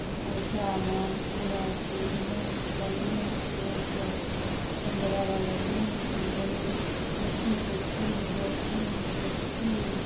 तोशा मालपूड़ा चूरमो सयूं केक सुंढि वारा लॾूं खीरणी मिठी टिकी डोटियूं कुटी